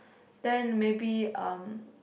then maybe um